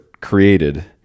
created